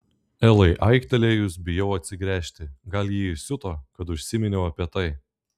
elai aiktelėjus bijau atsigręžti gal ji įsiuto kad užsiminiau apie tai